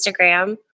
Instagram